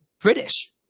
British